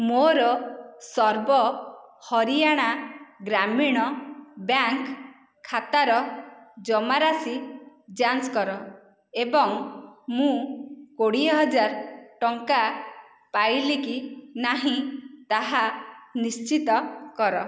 ମୋର ସର୍ବ ହରିୟାଣା ଗ୍ରାମୀଣ ବ୍ୟାଙ୍କ୍ ଖାତାର ଜମାରାଶି ଯାଞ୍ଚ୍ କର ଏବଂ ମୁଁ କୋଡ଼ିଏ ହଜାର ଟଙ୍କା ପାଇଲି କି ନାହିଁ ତାହା ନିଶ୍ଚିତ କର